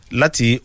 lati